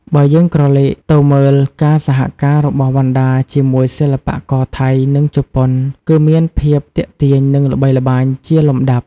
បើយើងក្រឡេកទៅមើលការសហការរបស់វណ្ណដាជាមួយសិល្បករថៃ និងជប៉ុន គឺមានភាពទាក់ទាញនិងល្បីល្បាញចាលំដាប់។